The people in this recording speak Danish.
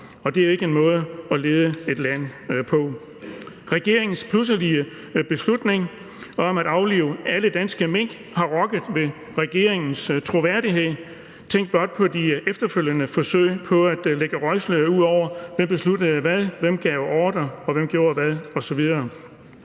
Det er ikke en måde at lede et land på. Regeringens pludselige beslutning om at aflive alle danske mink har rokket ved regeringens troværdighed – tænk blot på de efterfølgende forsøg på at lægge røgslør ud over, hvem der besluttede hvad, hvem der gav ordre, hvem der gjorde hvad osv.